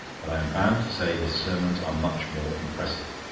but i am bound to say his sermons are much more impressive.